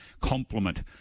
complement